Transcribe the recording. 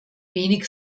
wenig